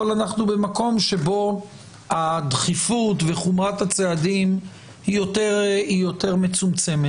אבל אנחנו במקום שבו הדחיפות וחומרת הצעדים הם יותר מצומצמות.